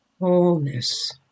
wholeness